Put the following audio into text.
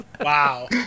Wow